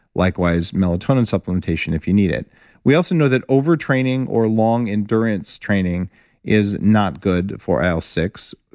likewise, melatonin supplementation, if you need it we also know that over-training or long endurance training is not good for il six.